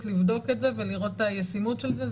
לבדוק את זה ולראות את הישימות של זה.